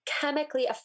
chemically